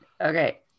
Okay